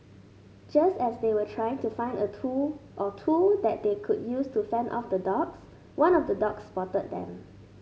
just as they were trying to find a tool or two that they could use to fend off the dogs one of the dogs spotted them